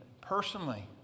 personally